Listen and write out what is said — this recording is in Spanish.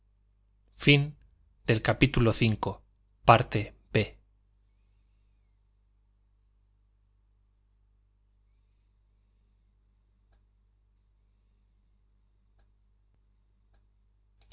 fin del cual